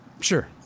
sure